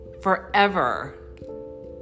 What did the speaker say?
forever